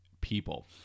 people